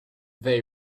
they